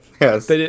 yes